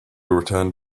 returned